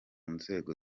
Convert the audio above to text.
nzego